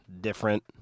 different